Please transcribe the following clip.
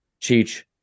cheech